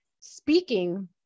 Speaking